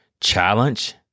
challenge